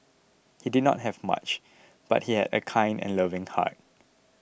he did not have much but he had a kind and loving heart